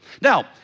Now